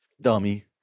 dummy